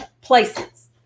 places